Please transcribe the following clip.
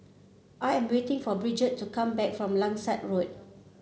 I am waiting for Bridgett to come back from Langsat Road